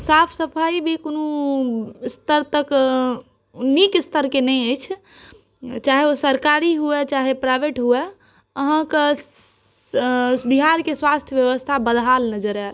साफ़ सफाई भी कोनो स्तर तक नीक स्तरक नहि अछि चाहे सरकारी हुए या प्राइवेट हुए अहाँके बिहारके स्वास्थ्य व्यवस्था बदहाल नजर आओत